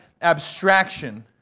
abstraction